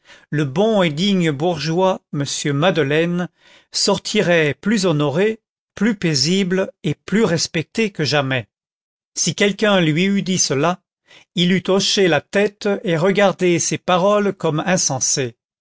le bon et digne bourgeois monsieur madeleine sortirait plus honoré plus paisible et plus respecté que jamais si quelqu'un lui eût dit cela il eût hoché la tête et regardé ces paroles comme insensées